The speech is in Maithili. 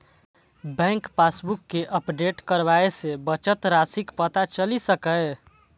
बैंक पासबुक कें अपडेट कराबय सं बचत राशिक पता चलि सकैए